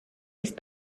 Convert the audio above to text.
ist